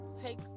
take